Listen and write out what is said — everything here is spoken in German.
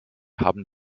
haben